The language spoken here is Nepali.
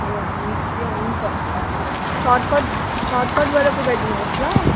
ए हुन् ए हुन्छ सर्टकट सर्टकट भएर पुर्याइदिनु होस् ल